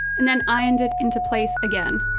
and then ironed it into place again.